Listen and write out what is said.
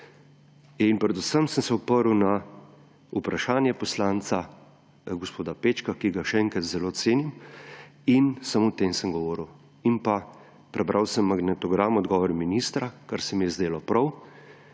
in predvsem sem se oprl na vprašanje poslanca gospoda Pečka, ki ga, še enkrat, zelo cenim. Samo o tem sem govoril. In prebral sem magnetogram odgovora ministra, kar se mi je zdelo prav,